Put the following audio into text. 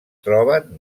troben